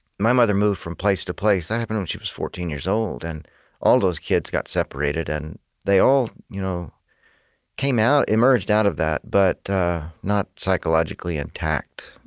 my mother moved from place to place. that happened when she was fourteen years old, and all those kids got separated. and they all you know came out emerged out of that, but not psychologically intact